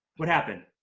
what happened?